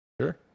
Sure